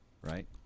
right